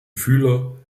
fühler